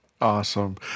Awesome